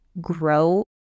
grow